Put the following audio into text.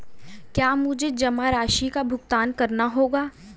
क्या मुझे जमा राशि का भुगतान करना होगा?